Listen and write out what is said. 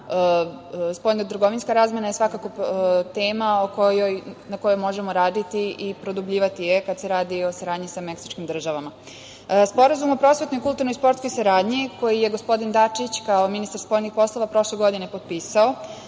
dolara. Spoljno-trgovinska razmena je svakako tema na kojoj možemo raditi i produbljivati je kada se radi o saradnji sa meksičkim državama. Sporazum o prosvetnoj, kulturnoj i sportskoj saradnji, koji je gospodin Dačić kao ministar spoljnih poslova prošle godine potpisao,